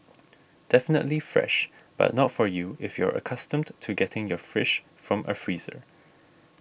definitely fresh but not for you if you're accustomed to getting your fish from a freezer